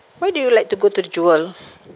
why do you like to go to the jewel